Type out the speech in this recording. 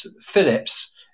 Phillips